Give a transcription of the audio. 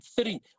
three